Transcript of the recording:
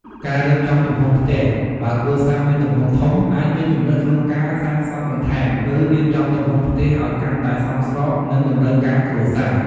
ការរៀបចំទំហំផ្ទះ បើគ្រួសារមានទំហំធំ អាចមានជម្រើសក្នុងការសាងសង់បន្ថែម ឬរៀបចំទំហំផ្ទះឲ្យកាន់តែសមស្របនឹងតម្រូវការគ្រួសារ។